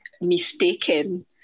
mistaken